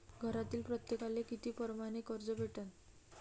घरातील प्रत्येकाले किती परमाने कर्ज भेटन?